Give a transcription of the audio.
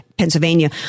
Pennsylvania